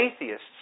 atheists